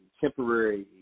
temporary